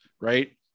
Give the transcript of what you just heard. right